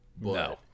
No